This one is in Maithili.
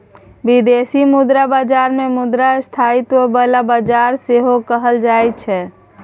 बिदेशी मुद्रा बजार केँ मुद्रा स्थायित्व बला बजार सेहो कहल जाइ छै